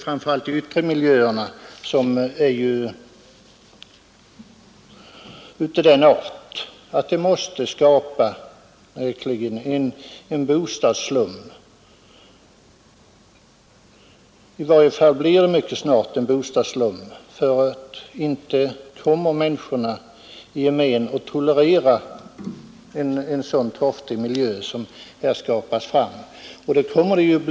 Framför allt är de yttre miljöerna av den arten att de verkligen mycket snart måste ge upphov till en bostadsslum — för inte kommer människorna i gemen att tolerera en så torftig miljö som här skapas fram.